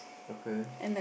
okay